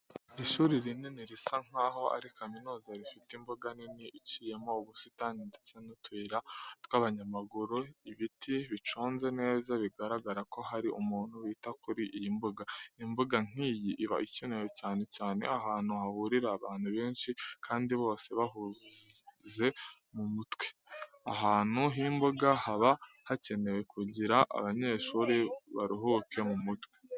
Ishuri rinini risa nkaho ari kaminuza rifite imbuga nini iciyemo ubusitani ndetse n'utuyira tw'abanyamaguru, ibiti biconze neza bigaragara ko hari umuntu wita kuri iyi mbuga, imbuga nk'iyi iba ikenewe cyane cyane ahantu hahurira abantu benshi kandi bose bahuze mu mutwe, ahantu h'imbuga haba hakenewe kugira abanyeshuri baruhuke mu mutwe.